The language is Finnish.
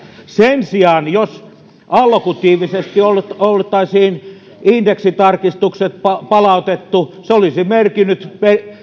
sen sijaan allokatiivisesti oltaisiin indeksitarkistukset palautettu se olisi merkinnyt